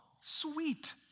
sweet